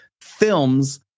films